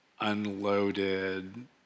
unloaded